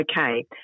Okay